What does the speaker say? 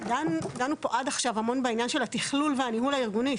דנו פה עד עכשיו המון בעניין של התכלול והניהול הארגוני,